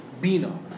Bina